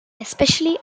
especially